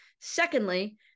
Secondly